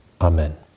Amen